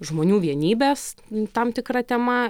žmonių vienybės tam tikra tema